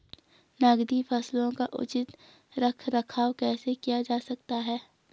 नकदी फसलों का उचित रख रखाव कैसे किया जा सकता है?